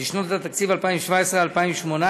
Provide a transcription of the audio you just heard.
לשנות התקציב 2017 ו-2018),